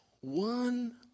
one